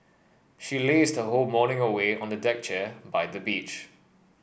she lazed her whole morning away on a deck chair by the beach